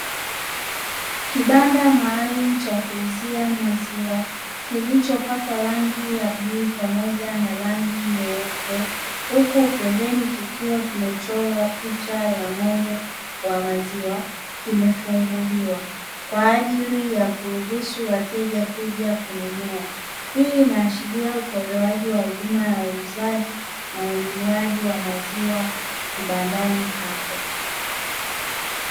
Kibanda maalumu cha kuzuia maziwa kilichopakwa rangi ya bluu pamoja na rangi nyeupe. Huku pembeni kikiwa kimechorwa picha ya ng'ombe kwa maziwa kimefunguliwa kwa ajili ya kuruhusu wateja kuja kununua. Hii inaashiria utolewaji wa huduma ya uuzaji na ununuaji wa maziwa kibandani hapo.